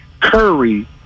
Curry